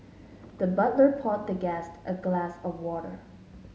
the butler poured the guest a glass of water